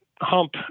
hump